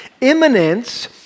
imminence